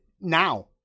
now